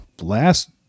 last